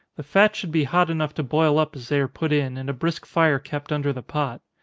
the fat should be hot enough to boil up as they are put in, and a brisk fire kept under the pot.